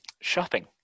shopping